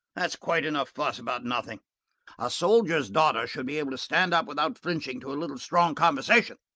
that's quite enough fuss about nothing a soldier's daughter should be able to stand up without flinching to a little strong conversation.